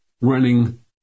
running